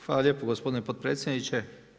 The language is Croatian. Hvala lijepo gospodine potpredsjedniče.